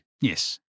Yes